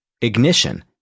ignition